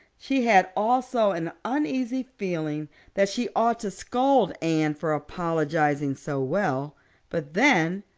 she had also an uneasy feeling that she ought to scold anne for apologizing so well but then,